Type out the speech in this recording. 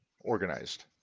organized